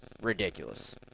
ridiculous